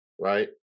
right